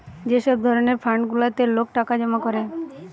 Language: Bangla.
যে সব ধরণের ফান্ড গুলাতে লোক টাকা জমা করে